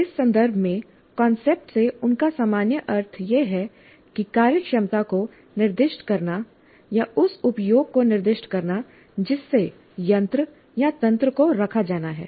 इस संदर्भ में कांसेप्ट से उनका सामान्य अर्थ यह है कि कार्यक्षमता को निर्दिष्ट करना या उस उपयोग को निर्दिष्ट करना जिससे यंत्र या तंत्र को रखा जाना है